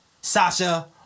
Sasha